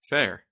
Fair